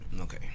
Okay